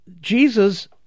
Jesus